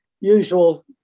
usual